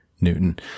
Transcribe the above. Newton